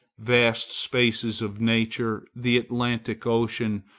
vast spaces of nature, the atlantic ocean,